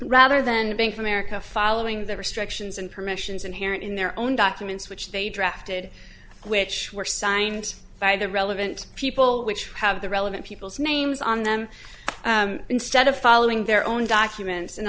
rather than being from america following the restrictions and permissions inherent in their own documents which they drafted which were signed by the relevant people which have the relevant people's names on them instead of following their own documents and